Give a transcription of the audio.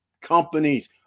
companies